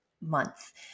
month